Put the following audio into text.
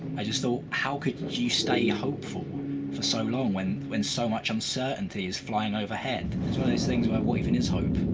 i just thought, how could you stay hopeful for so long, when when so much uncertainty is flying overhead? it's one of those things where what even is hope?